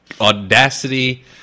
audacity